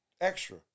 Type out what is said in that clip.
Extra